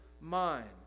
mind